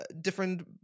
different